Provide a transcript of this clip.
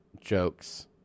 jokes